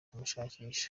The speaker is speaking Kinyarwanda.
kumushakisha